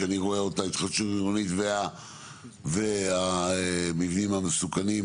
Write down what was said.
שאני רואה אותה התחדשות עירונית והמבנים המסוכנים,